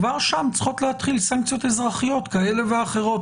כבר שם צריכות להתחיל סנקציות אזרחיות כאלה ואחרות